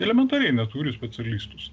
elementariai neturi specialistus